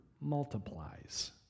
multiplies